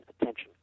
attention